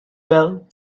bell